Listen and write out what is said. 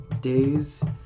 days